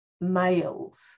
males